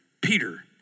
Peter